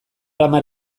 hamar